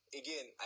again